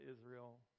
Israel